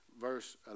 verse